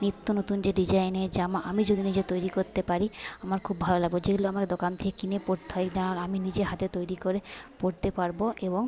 নিত্যনতুন যে ডিজাইনের জামা আমি যদি নিজে তৈরি করতে পারি আমার খুব ভালো লাগবে যেগুলো আমাকে দোকান থেকে কিনে পরতে হয় আমি নিজে হাতে তৈরি করে পরতে পারব এবং